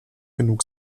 genug